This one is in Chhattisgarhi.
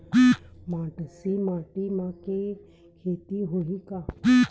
मटासी माटी म के खेती होही का?